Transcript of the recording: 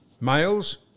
males